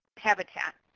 habitat.